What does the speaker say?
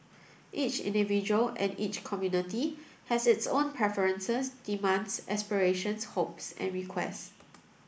each individual and each community has its own preferences demands aspirations hopes and requests